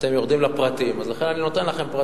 אתם יורדים לפרטים, אז לכן אני נותן לכם פרטים.